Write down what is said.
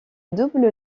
double